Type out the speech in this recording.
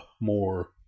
more